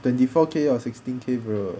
twenty four K or sixteen K bro